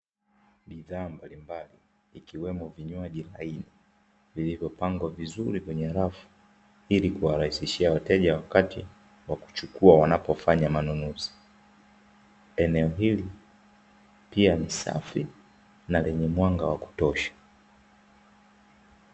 Bidhaa mbalimbali ikiwemo vinywaji laini, vilivyopangwa vizuri kwenye rafu ili kuwarahisishia wateja wa kuchukua wakati wanapofanya manunuzi. Eneo hili pia ni safi na lenye mwanga wa kutosha .